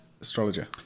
astrologer